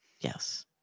Yes